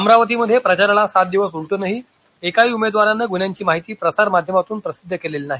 अमरावतीमध्ये प्रचाराला सात दिवस उलटूनही एकाही उमेदवारान गुन्ह्यांची माहिती प्रसारमाध्यमातून प्रसिध्द केलेली नाही